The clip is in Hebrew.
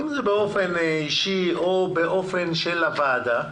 אם זה באופן אישי או דרך הוועדה,